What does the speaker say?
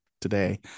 today